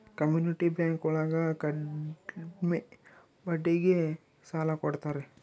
community bank ಒಳಗ ಕಡ್ಮೆ ಬಡ್ಡಿಗೆ ಸಾಲ ಕೊಡ್ತಾರೆ